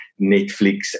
Netflix